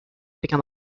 become